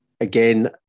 again